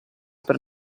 per